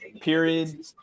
period